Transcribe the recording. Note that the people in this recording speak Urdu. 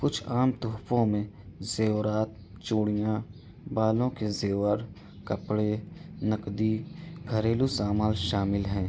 کچھ عام تحفوں میں زیوارت چوڑیاں بالوں کے زیور کپڑے نقدی گھریلو سامان شامل ہیں